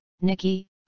nikki